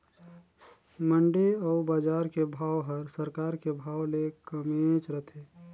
मंडी अउ बजार के भाव हर सरकार के भाव ले कमेच रथे